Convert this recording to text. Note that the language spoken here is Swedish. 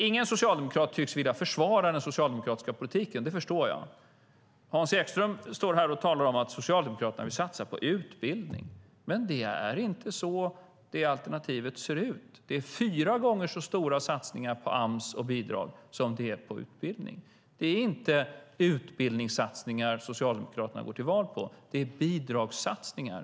Ingen socialdemokrat tycks vilja försvara den socialdemokratiska politiken. Det förstår jag. Hans Ekström står här och talar om att Socialdemokraterna vill satsa på utbildning. Men det är inte så det alternativet ser ut. Det är fyra gånger så stora satsningar på Ams och bidrag som det är på utbildning. Det är inte utbildningssatsningar som Socialdemokraterna går till val på, utan det är bidragssatsningar.